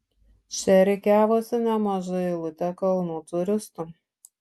čia rikiavosi nemaža eilutė kalnų turistų